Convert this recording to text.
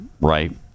right